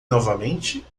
novamente